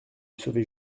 sauver